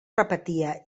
repetia